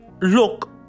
look